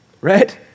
Right